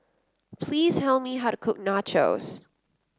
please tell me how to cook nachos